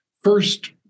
first